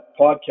podcast